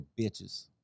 bitches